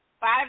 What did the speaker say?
five